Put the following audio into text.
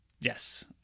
Yes